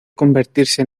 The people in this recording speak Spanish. convertirse